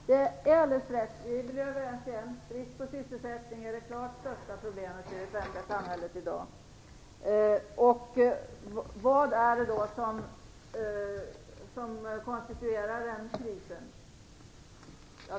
Fru talman! Det är alldeles rätt att brist på sysselsättning är det klart största problemet i det svenska samhället i dag. Vad är det då som konstituerar den krisen?